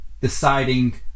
deciding